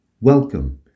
Welcome